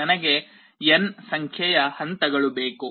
ನನಗೆ n ಸಂಖ್ಯೆಯ ಹಂತಗಳು ಬೇಕು